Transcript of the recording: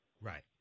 right